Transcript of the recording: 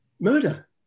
murder